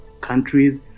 countries